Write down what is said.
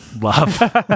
love